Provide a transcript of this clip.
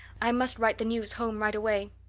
i must write the news home right away.